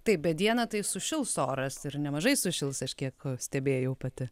taip bet dieną tai sušils oras ir nemažai sušils aš kiek stebėjau pati